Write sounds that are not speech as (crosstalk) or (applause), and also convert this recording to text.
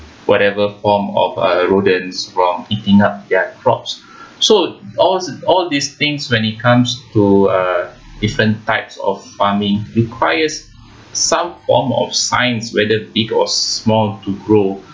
whatever form of uh rodents from eating up their crops (breath) so all these all these things when it comes to a different types of farming requires some form of science whether big or small to grow